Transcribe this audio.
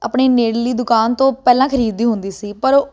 ਆਪਣੀ ਨੇੜਲੀ ਦੁਕਾਨ ਤੋਂ ਪਹਿਲਾਂ ਖਰੀਦਦੀ ਹੁੰਦੀ ਸੀ ਪਰ